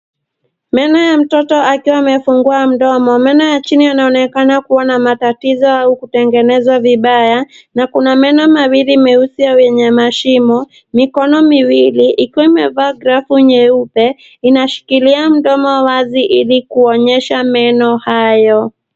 Meno ya mtoto akiwa amefungua mdomo, meno ya chini yanaonekana kuwa na matatizo au kutengenezwa vibaya na kuna meno mawili meusi au yenye mashimo. Mikono miwili ikiwa imevaa glavu nyeupe ina shikilia domo wazi ili kuonyesha meno hayo.